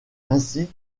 ainsi